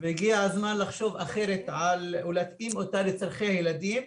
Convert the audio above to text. והגיע הזמן לחשוב אחרת ולהתאים אותה לצורכי הילדים.